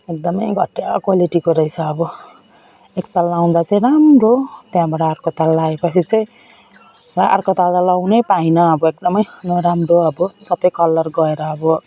एकदम घटिया क्वालिटीको रहेछ अब एक ताल लगाउँदा चाहिँ राम्रो त्यहाँबाट अर्को ताल लगाए पछि चाहिँ अर्को ताल त लगाउनै पाइनँ अब एकदम नराम्रो अब सप कलर गएर अब